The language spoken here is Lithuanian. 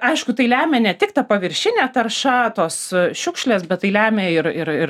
aišku tai lemia ne tik ta paviršinė tarša tos šiukšlės bet tai lemia ir ir ir